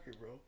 bro